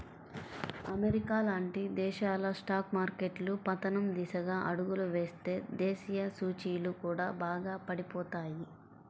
America లాంటి సంపన్న దేశాల స్టాక్ మార్కెట్లు పతనం దిశగా అడుగులు వేస్తే దేశీయ సూచీలు కూడా బాగా పడిపోతాయి